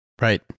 Right